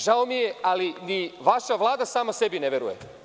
Žao mi je, ali ni vaša Vlada sama sebi ne veruje.